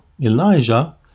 Elijah